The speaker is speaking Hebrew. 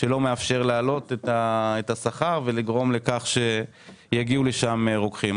שלא מאפשר להעלות את השכר ולגרום לכך שיגיעו לשם רוקחים.